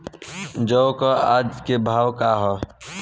जौ क आज के भाव का ह?